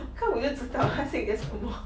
我看我又知道他细节是什么